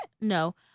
No